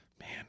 Man